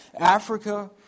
Africa